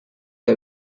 que